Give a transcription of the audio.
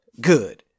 good